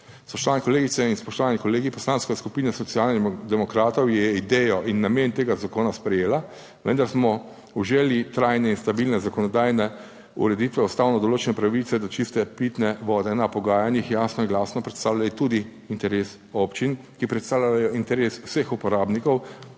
Spoštovane kolegice in spoštovani kolegi! Poslanska skupina Socialnih demokratov je idejo in namen tega zakona sprejela, vendar smo v želji trajne in stabilne zakonodajne ureditve ustavno določene pravice do čiste pitne vode na pogajanjih jasno in glasno predstavljali tudi interes občin, ki predstavljajo interes vseh uporabnikov,